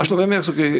aš labai mėgstu kai